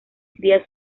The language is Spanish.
cría